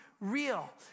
real